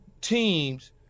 teams